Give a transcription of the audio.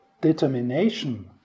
determination